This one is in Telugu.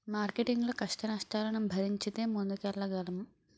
మార్కెటింగ్ లో కష్టనష్టాలను భరించితే ముందుకెళ్లగలం